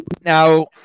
Now